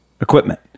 equipment